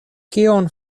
kion